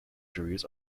juries